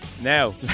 Now